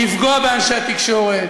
לפגוע באנשי התקשורת.